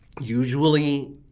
usually